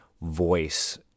voice